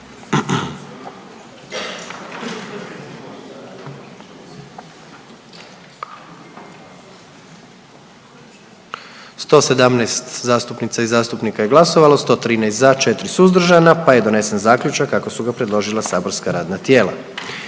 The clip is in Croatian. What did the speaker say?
111 zastupnica i zastupnika je glasovalo, 77 za, 31 suzdržan i 3 protiv pa je donesen Zaključak kako su ga predložila saborska radna tijela.